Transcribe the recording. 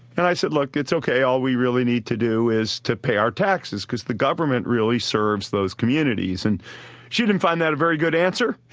and i said, look, it's ok, all we really need to do is to pay our taxes, because the government really serves those communities. and she didn't find that a very good answer.